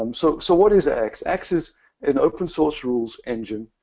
um so so what is axe? axe is an open source rules engine,